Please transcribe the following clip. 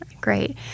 Great